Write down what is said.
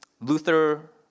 Luther